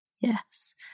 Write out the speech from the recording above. Yes